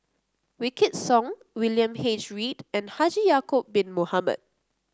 Wykidd Song William H Read and Haji Ya'acob Bin Mohamed